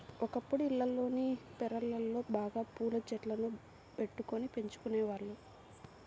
ఒకప్పుడు ఇళ్లల్లోని పెరళ్ళలో బాగా పూల చెట్లను బెట్టుకొని పెంచుకునేవాళ్ళు